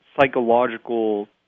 psychological